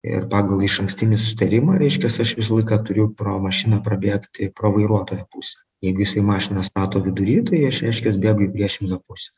ir pagal išankstinį susitarimą reiškias aš visą laiką turiu pro mašiną prabėgti pro vairuotojo pusę jeigu jisai mašiną stato vidury tai aš reiškias bėgu į priešingą pusę